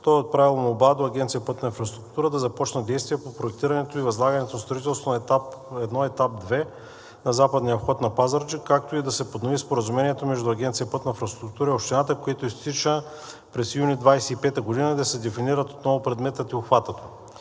Той е отправил молба до Агенция „Пътна инфраструктура“ да започне действия по проектирането и възлагането на строителство на Етап I и Етап II на западния обход на Пазарджик, както и да се поднови споразумението между Агенция „Пътна инфраструктура“ и Общината, което изтича през юни 2025 г., да се дефинират отново предметът и обхватът.